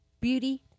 Beauty